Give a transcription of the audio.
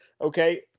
okay